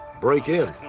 break in.